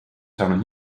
saanud